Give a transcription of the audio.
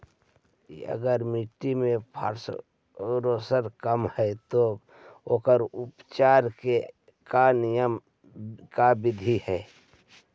अगर मट्टी में फास्फोरस कम है त ओकर उपचार के का बिधि है?